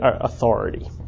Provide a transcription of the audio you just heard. authority